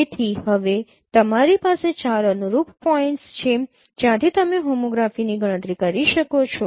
તેથી હવે તમારી પાસે 4 અનુરૂપ પોઇન્ટ્સ છે જ્યાંથી તમે હોમોગ્રાફીની ગણતરી કરી શકો છો